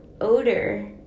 odor